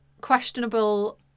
questionable